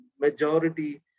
majority